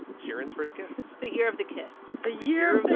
sharon's first kiss. the year of the kiss. the year of the